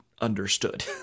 understood